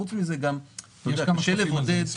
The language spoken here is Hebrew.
חוץ מזה, קשה לבודד.